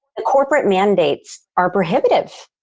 corporate mandates are prohibitive,